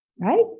Right